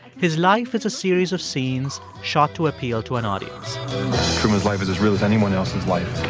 his life is a series of scenes shot to appeal to an audience truman's life is as real as anyone else's life.